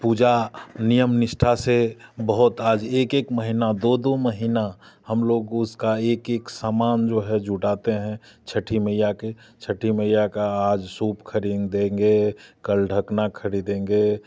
पूजा नियम निष्ठा से बहुत आज एक एक महीना दो दो महीना हम लोग उसका एक एक सामान जो है जुटाते हैं छठी मैया की छठी मैया का आज खरीदेंगे कल ढकना खरीदेंगे